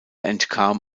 entkam